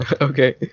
Okay